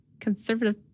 Conservative